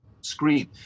screen